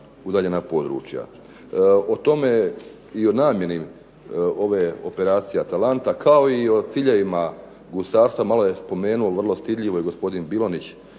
udaljena područja. O tome i o namjeni ove "Operacije Atalanta", kao i o ciljevima gusarstva, malo je spomenuo vrlo stidljivo i gospodin Bilonjić